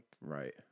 Right